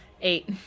Eight